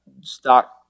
stock